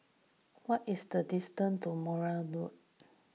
what is the distance to Mowbray Road